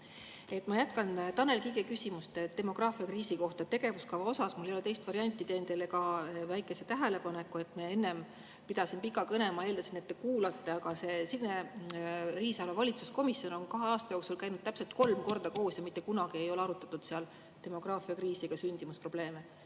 Ma jätkan Tanel Kiige küsimust demograafilise kriisi kohta. Tegevuskava osas, mul ei ole teist varianti, teen teile ka väikese tähelepaneku. Ma enne pidasin pika kõne, ma eeldasin, et te kuulate. Signe Riisalo valitsuskomisjon on kahe aasta jooksul käinud täpselt kolm korda koos ja mitte kunagi ei ole arutatud demograafilist kriisi, sündimusprobleeme,